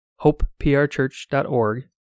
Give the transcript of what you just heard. hopeprchurch.org